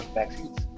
vaccines